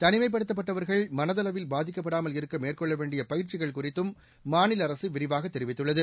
தனிமைப்படுத்தப்பட்டவர்கள் மனதளவில் பாதிக்கப்படாமல் இருக்க மேற்கொள்ள வேண்டிய பயிற்சிகள் குறித்தும் மாநில அரசு விரிவாக தெரிவித்துள்ளது